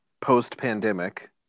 post-pandemic